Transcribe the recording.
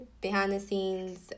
behind-the-scenes